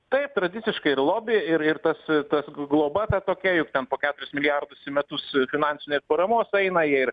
taip tradiciškai ir lobi ir ir tas tas globa ta tokia juk ten po keturis milijardus į metus finansinės paramos eina ir